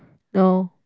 no